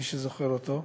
מי שזוכר אותו.